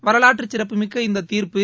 வரலாற்றுச்சிறப்புமிக்க இந்த தீர்ப்பு